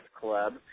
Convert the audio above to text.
Club